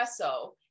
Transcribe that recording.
espresso